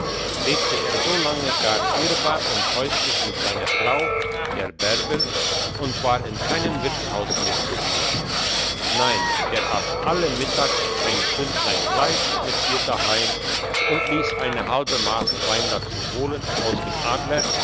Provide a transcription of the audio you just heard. lebte er so lange gar ehrbar und häuslich mit seiner frau der bärbel und war in keinem wirtshaus mehr zu sehen nein er ass alle mittag ein pfündlein fleisch mit ihr daheim und liess eine halbe mass wein dazu holen aus dem adler